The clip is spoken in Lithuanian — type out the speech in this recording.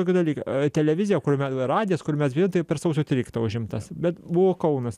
tokį dalyką televizija kur me radijas kur mes viej per sausio tryliktą užimtas bet buvo kaunas